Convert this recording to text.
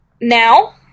Now